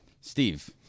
Steve